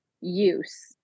use